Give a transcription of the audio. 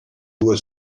due